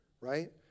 right